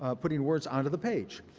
ah putting words onto the page.